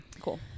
Cool